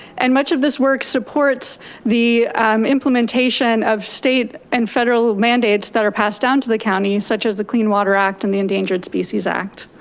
and much of this work supports the um implementation of state and federal mandates that are passed don to the county, such as the clean water act and the endangered species act,